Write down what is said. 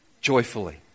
joyfully